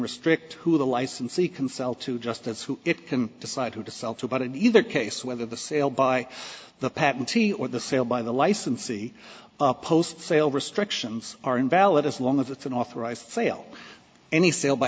restrict who the licensee can sell to justice who it can decide who to sell to but in either case whether the sale by the patentee or the sale by the licensee post sale restrictions are invalid as long as it's an authorized sale any sale by